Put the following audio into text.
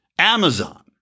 Amazon